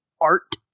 art